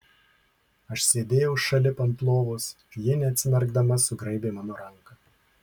aš sėdėjau šalip ant lovos ji neatsimerkdama sugraibė mano ranką